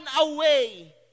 away